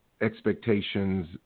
Expectations